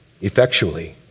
effectually